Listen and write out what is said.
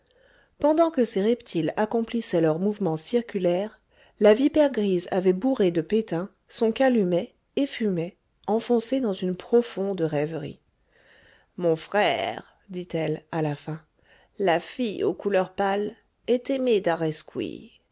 pendant que ces reptiles accomplissaient leurs mouvements circulaires la vipère grise avait bourré de pétun son calumet et fumait enfoncée dans une profonde rêverie mon frère dit-elle à la fin la fille aux couleurs pâles est aimée